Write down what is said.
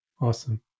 awesome